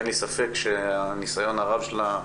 אין לי ספק שהניסיון הרב שלה,